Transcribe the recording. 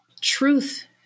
truth